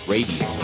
Radio